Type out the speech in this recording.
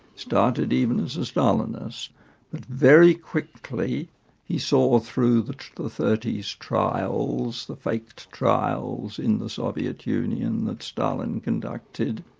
started even as a stalinist, but very quickly he saw through the thirty s trials, the faked trials in the soviet union which stalin conducted,